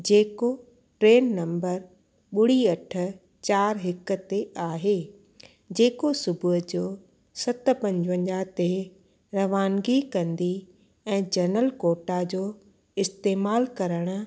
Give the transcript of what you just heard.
जेको train number ॿुड़ी अठ चारि हिकु ते आहे जेको सुबुह जो सत पंजवंजाह ते रवानगी कंदी ऐं जरनल कोटा जो इस्तेमालु करण